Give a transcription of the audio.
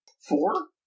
Four